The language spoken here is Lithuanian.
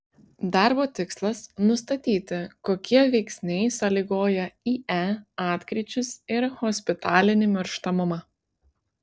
darbo tikslas nustatyti kokie veiksniai sąlygoja ie atkryčius ir hospitalinį mirštamumą